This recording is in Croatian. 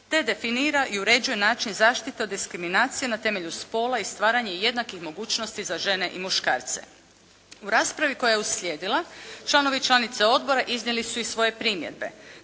te definira i uređuje način zaštite od diskriminacije na temelju spola i stvaranje jednakih mogućnosti za žene i muškarce. U raspravi koja je uslijedila članovi i članice odbora iznijeli su i svoje primjedbe.